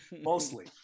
Mostly